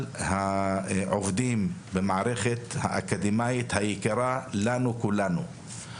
העובדים במערכת האקדמית היקרה לנו כולנו.